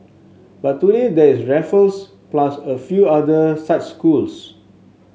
but today there is Raffles plus a few other such schools